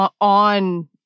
on